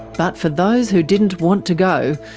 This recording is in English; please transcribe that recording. but for those who didn't want to go,